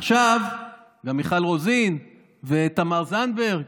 גם מיכל רוזין ותמר זנדברג.